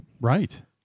Right